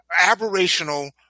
aberrational